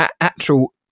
actual